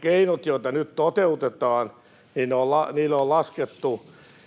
keinoille, joita nyt toteutetaan, on laskettu,